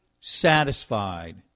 satisfied